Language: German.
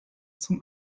zum